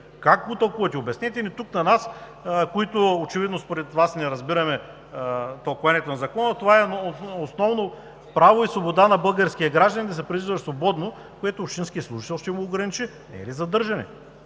Как го тълкувате? Обяснете ни тук на нас, които очевидно, според Вас, не разбираме тълкуванието на закона. Това е основно право и свобода на българския гражданин да се придвижва свободно, което общинският служител ще му ограничи. Не е ли задържане?